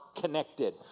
connected